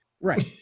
Right